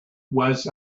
was